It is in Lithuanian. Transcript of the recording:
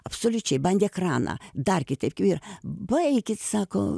absoliučiai bandė kraną dar kitaip vir baikit sako